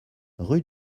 rue